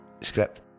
script